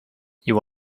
you